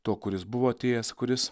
to kuris buvo atėjęs kuris